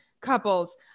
couples